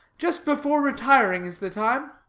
just before retiring is the time.